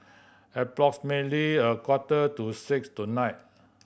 approximately a quarter to six tonight